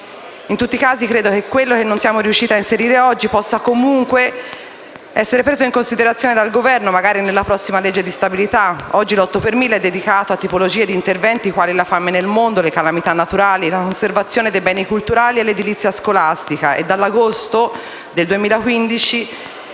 In tutti i casi, credo che quello che non siamo riusciti ad inserire oggi possa comunque essere preso in considerazione dal Governo, magari nella prossima legge di stabilità. Oggi l'8 per mille è dedicato a tipologie di interventi quali la fame nel mondo, le calamità naturali, la conservazione dei beni culturali e l'edilizia scolastica